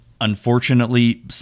Unfortunately